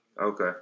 Okay